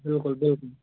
بِلکُل بِلکُل